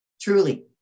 Truly